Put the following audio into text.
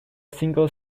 single